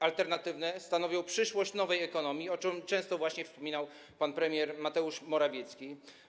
alternatywne stanowią przyszłość nowej ekonomii, o czym często wspominał pan premier Mateusz Morawiecki.